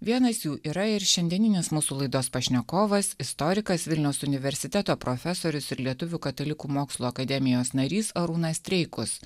vienas jų yra ir šiandieninis mūsų laidos pašnekovas istorikas vilniaus universiteto profesorius ir lietuvių katalikų mokslo akademijos narys arūnas streikus